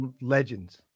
legends